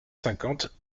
cinquante